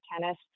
tennis